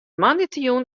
moandeitejûn